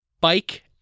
Bike